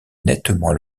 nettement